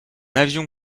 avion